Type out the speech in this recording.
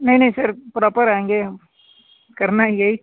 नहीं नहीं sir proper आएंगे हम करने आएंगे